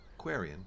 Quarian